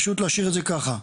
פשוט להשאיר את זה ככה.